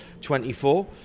24